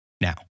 Now